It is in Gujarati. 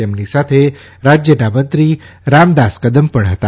તેમની સાથે રાજયના મંત્રી રામદાસ કદમ પણ હતા